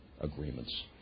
agreements